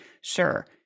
Sure